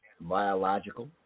biological